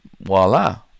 voila